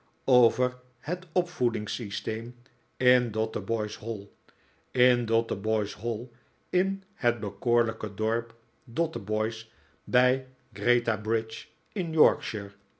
over het opvoedingssysteem in dotheboys hall in dotheboys hall in het bekoorlijke dorp dotheboys bij gretabrigde in yorkshire